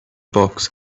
box